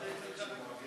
הכלכלה נתקבלה.